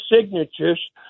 signatures